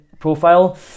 profile